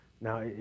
Now